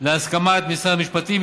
להסכמת משרד המשפטים,